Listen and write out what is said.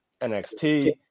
NXT